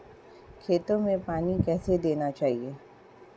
खेतों में पानी कैसे देना चाहिए?